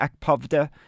Akpovda